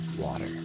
water